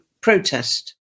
protest